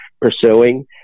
pursuing